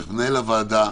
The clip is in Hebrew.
למנהל הוועדה,